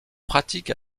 pratique